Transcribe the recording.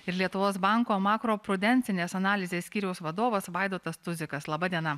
ir lietuvos banko makaroprudencinės analizės skyriaus vadovas vaidotas tuzikas laba diena